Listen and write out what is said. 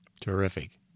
Terrific